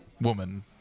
woman